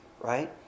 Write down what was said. right